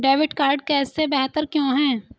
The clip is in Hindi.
डेबिट कार्ड कैश से बेहतर क्यों है?